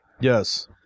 Yes